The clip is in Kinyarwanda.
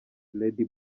lady